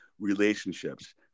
relationships